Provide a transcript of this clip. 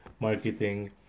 marketing